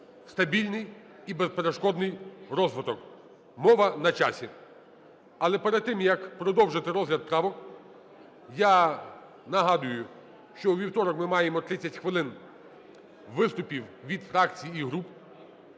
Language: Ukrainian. стабільний і безперешкодний розвиток. Мова – на часі! Але перед тим, як продовжити розгляд правок, я нагадую, що у вівторок ми маємо 30 хвилин виступів від фракцій і груп.